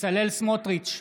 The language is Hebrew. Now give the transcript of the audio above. בצלאל סמוטריץ'